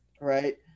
right